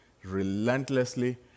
relentlessly